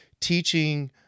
teaching